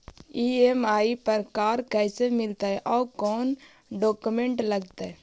EMI पर car कैसे मिलतै औ कोन डाउकमेंट लगतै?